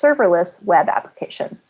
serverless web application.